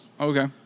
Okay